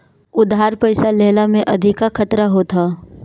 उधार पईसा लेहला में अधिका खतरा होत हअ